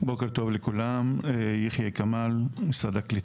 בוקר טוב לכולם, יחיא כמאל, משרד הקליטה.